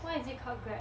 why is it called grab